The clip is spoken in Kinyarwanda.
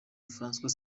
francois